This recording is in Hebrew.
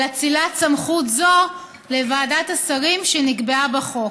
על אצילת סמכות זו לוועדת השרים שנקבעה בחוק,